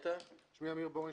שמי עמיר בורנשטיין,